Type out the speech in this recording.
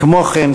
כמו כן,